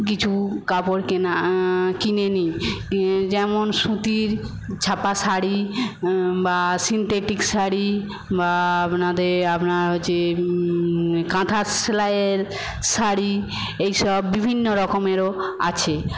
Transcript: কিছু কাপড় কেনা কিনে নিই যেমন সুতির ছাপা শাড়ি বা সিন্থেটিক শাড়ি বা আপনাদের আপনার হচ্ছে কাঁথার সেলাইয়ের শাড়ি এইসব বিভিন্ন রকমেরও আছে